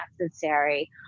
necessary